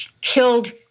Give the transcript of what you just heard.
killed